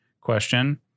question